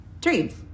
dreams